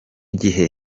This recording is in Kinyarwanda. gihe